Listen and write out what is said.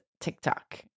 TikTok